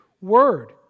word